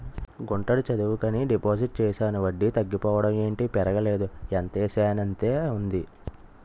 గుంటడి చదువుకని డిపాజిట్ చేశాను వడ్డీ తగ్గిపోవడం ఏటి పెరగలేదు ఎంతేసానంతే ఉంది